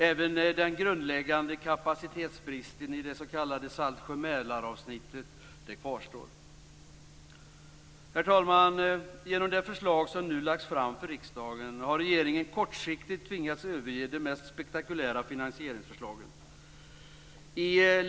Även den grundläggande kapacitetsbristen i det s.k. Saltsjö Herr talman! Genom det förslag som nu lagts fram för riksdagen har regeringen, i lämplig tid före valet, kortsiktigt tvingats överge de mest spektakulära finansieringsförslagen.